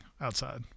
outside